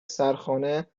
سرخانه